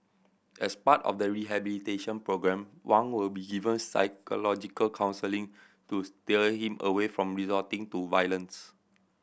as part of the rehabilitation programme Wang will be given psychological counselling to steer him away from resorting to violence